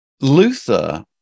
Luther